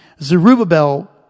Zerubbabel